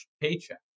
paycheck